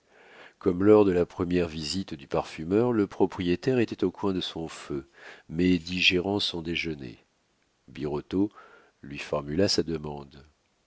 comme lors de la première visite du parfumeur le propriétaire était au coin de son feu mais digérant son déjeuner birotteau lui formula sa demande